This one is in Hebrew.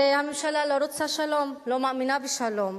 שהממשלה לא רוצה שלום, לא מאמינה בשלום,